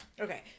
Okay